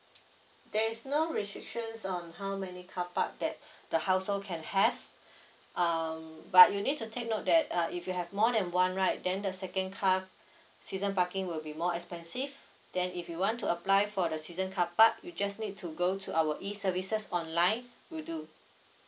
there's no restrictions on how many carpark that the houshold can have um but you need to take note that uh if you have more than one right then the second car season parking will be more expensive then if you want to apply for the season carpark you just need to go to our E services online will do